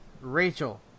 Rachel